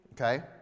Okay